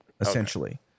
essentially